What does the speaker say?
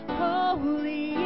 holy